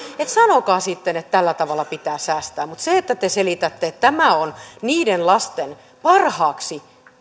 että sanoisitte sitten että tällä tavalla pitää säästää mutta se että te selitätte että tämä on niiden lasten parhaaksi